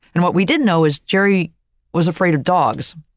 and what we didn't know is jerry was afraid of dogs.